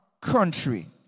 country